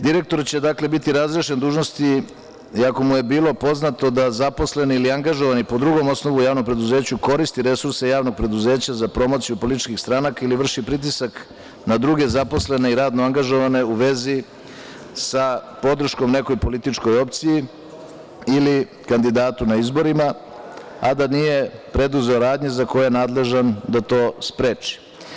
Direktor će biti razrešen dužnosti i ako mu je bilo poznato da zaposleni ili angažovani po drugom osnovu u javnom preduzeću koristi resurse javnog preduzeća za promociju političkih stranaka ili vrši pritisak na druge zaposlene i radno angažovane u vezi sa podrškom nekoj političkoj opciji ili kandidatu na izborima, a da nije preduzeo radnje za koje je nadležan da to spreči.